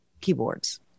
keyboards